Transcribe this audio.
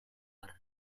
har